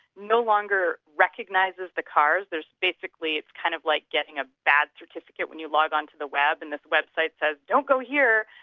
no longer recognises the cars, there's basically it's kind of like getting a bad certificate when you log on to the web, and the website says, don't go here,